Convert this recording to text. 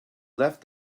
left